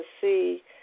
see